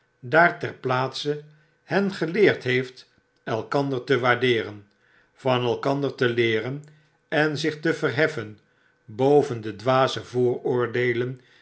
daar ter plaatse hengeleerd heeft elkander te waardeeren van elkander te leeren en zich te verheffen boven de dwaze vooroordeelen